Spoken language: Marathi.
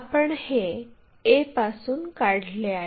आपण हे a पासून काढले आहे